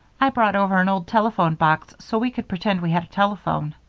i brought over an old telephone box so we could pretend we had a telephone.